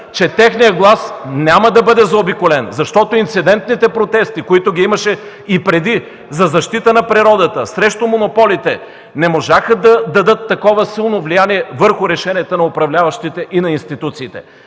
че техният глас няма да бъде заобиколен, защото инцидентните протести, които имаше и преди – за защита на природата, срещу монополите, не можаха да дадат такова силно влияние върху решението на управляващите и на институциите.